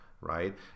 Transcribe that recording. right